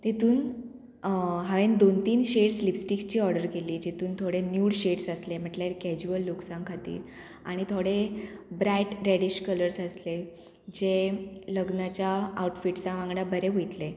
तेतून हांवें दोन तीन शेड्स लिपस्टिक्सची ऑर्डर केल्ली जितून थोडे न्यूड शेड्स आसले म्हटल्यार कॅज्युअल लुक्सां खातीर आनी थोडे ब्रायट रेडीश कलर्स आसले जे लग्नाच्या आउटफिट्सांक वांगडा बरें वयतले